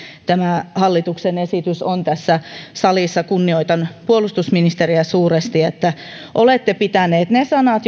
tämä hallituksen esitys on tässä salissa kunnioitan puolustusministeriä suuresti että olette pitänyt ne sanat